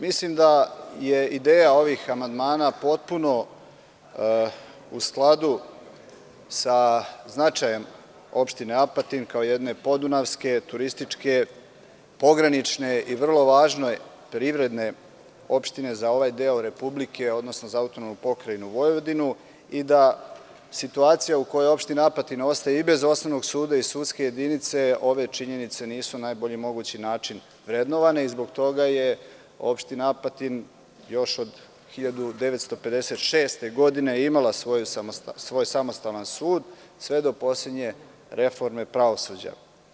Mislim da je ideja ovih amandmana potpuno u skladu sa značajem opštine Apatin, kao jedne podunavske, turističke, pogranične i vrlo važne privredne opštine za ovaj deo Republike, odnosno za APV i da situacija u kojoj opština Apatin ostaje i bez osnovnog suda i sudske jedinice, ove činjenice nisu najbolji mogući način vrednovani i zbog toga je opština Apatin, još 1956. godine imala svoj samostalan sud, sve do poslednje reforme prevosuđa.